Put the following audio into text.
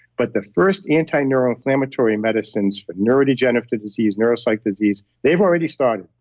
but the first anti-neuroinflammatory medicines for neurodegenerative disease, neuropsych disease, they've already started.